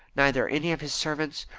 neither any of his servants,